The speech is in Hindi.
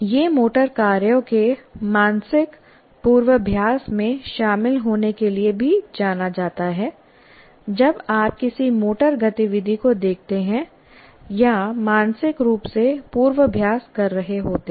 यह मोटर कार्यों के मानसिक पूर्वाभ्यास में शामिल होने के लिए भी जाना जाता है जब आप किसी मोटर गतिविधि को देखते हैं या मानसिक रूप से पूर्वाभ्यास कर रहे होते हैं